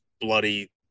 bloody